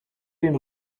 den